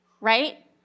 right